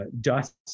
dust